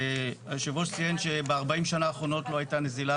היו"ר ציין שב-40 שנה האחרונות, לא הייתה נזילה